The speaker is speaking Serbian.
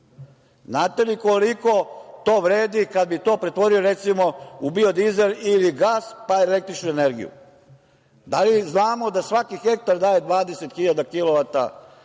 Znate li koliko to vredi, kada bi to pretvorio, recimo, u biodizel ili gas, pa u električnu energiju? Da li znamo da svaki hektar daje 20